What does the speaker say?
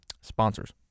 sponsors